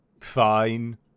fine